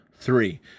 Three